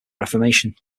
reformation